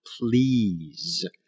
please